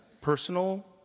personal